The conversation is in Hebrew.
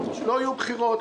לא יהיו בחירות.